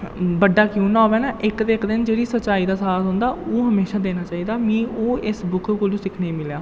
बड्डा क्यों ना होवै ना इक ते इक दिन जेह्ड़ी सचाई दा साथ होंदा ओह् हमेशा देना चाहिदा मी ओह् इस बुक कोलू सिक्खने गी मिलेआ